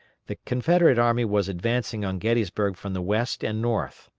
the confederate army was advancing on gettysburg from the west and north.